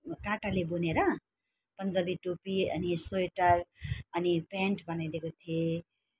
काँटाले बुनेर पन्जाबी टोपी अनि स्विटर अनि प्यान्ट बनाइदिएको थिएँ